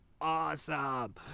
awesome